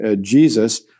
Jesus